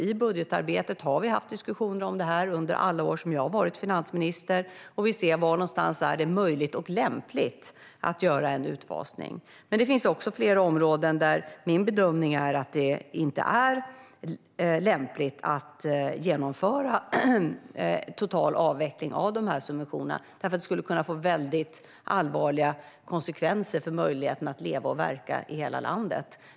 I budgetarbetet har vi haft diskussioner om det här under alla år som jag har varit finansminister, och vi ser var någonstans det är möjligt och lämpligt att göra en utfasning. Men det finns flera områden där min bedömning är att det inte är lämpligt att genomföra en total avveckling av subventionerna, därför att det skulle få väldigt allvarliga konsekvenser för möjligheten att leva och verka i hela landet.